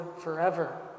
forever